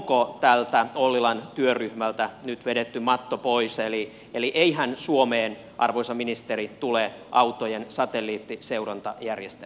onko tältä ollilan työryhmältä nyt vedetty matto pois eli eihän suomeen arvoisa ministeri tule autojen satelliittiseurantajärjestelmää